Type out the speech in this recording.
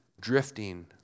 drifting